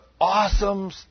awesome